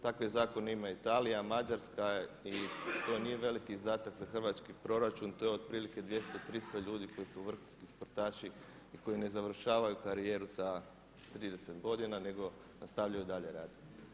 Takve zakone ima Italija, Mađarska i to nije veliki izdatak za hrvatski proračun, to je otprilike 200, 300 ljudi koji su vrhunski sportaši i koji ne završavaju karijeru sa 30 godina nego nastavljaju dalje raditi.